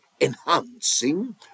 enhancing